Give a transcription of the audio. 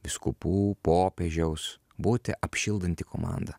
vyskupų popiežiaus būti apšildanti komanda